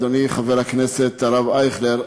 אדוני חבר הכנסת הרב אייכלר,